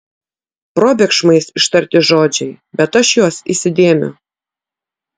probėgšmais ištarti žodžiai bet aš juos įsidėmiu